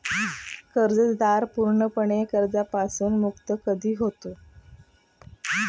कर्जदार पूर्णपणे कर्जापासून मुक्त कधी होतो?